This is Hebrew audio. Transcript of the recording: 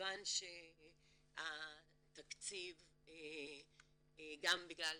מכיוון שהתקציב גם בגלל